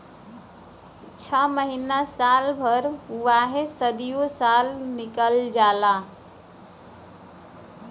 छ महीना साल भर वाहे सदीयो साल निकाल ला